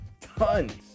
tons